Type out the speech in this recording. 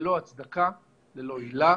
ללא הצדקה, ללא עילה